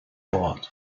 bord